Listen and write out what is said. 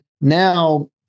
now